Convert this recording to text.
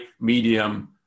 medium